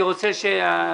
אני רוצה שאנשים...